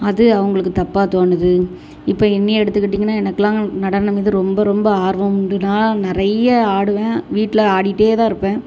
அது அவங்களுக்கு தப்பாக தோணுது இப்போ என்னையே எடுத்துகிட்டீங்கன்னா எனக்கு எல்லாம் நடனம் வந்து ரொம்ப ரொம்ப ஆர்வம் உண்டு நான் நிறைய ஆடுவேன் வீட்டில் ஆடிகிட்டே தான் இருப்பேன்